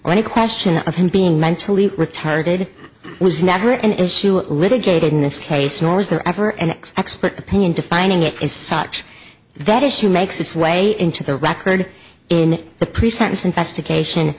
the question of him being mentally retarded was never an issue litigated in this case nor was there ever an x expert opinion defining it as such that issue makes its way into the record in the pre sentence investigation